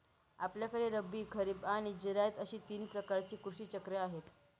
आपल्याकडे रब्बी, खरीब आणि जिरायत अशी तीन प्रकारची कृषी चक्रे आहेत